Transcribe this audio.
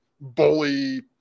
bully